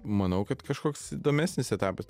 manau kad kažkoks įdomesnis etapas